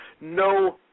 no